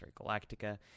Galactica